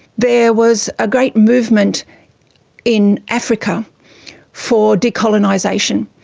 there was a great movement in africa for decolonisation.